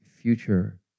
future